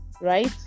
right